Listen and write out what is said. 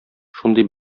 шундый